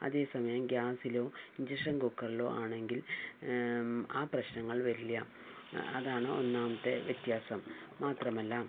അതേസമയം ഗ്യാസിലോ ഇൻഡക്ഷൻ കുക്കറിലോ ആണെങ്കിൽ ആ പ്രശ്നങ്ങൾ വരില്ല അതാണ് ഒന്നാമത്തെ വ്യത്യാസം മാത്രമല്ല